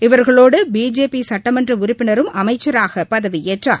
இவர்களோடுபிஜேபிசுட்டமன்றஉறுப்பினரும் அமைச்சராகபதவியேற்றார்